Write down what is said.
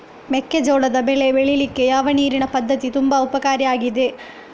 ಮೆಕ್ಕೆಜೋಳದ ಬೆಳೆ ಬೆಳೀಲಿಕ್ಕೆ ಯಾವ ನೀರಿನ ಪದ್ಧತಿ ತುಂಬಾ ಉಪಕಾರಿ ಆಗಿದೆ?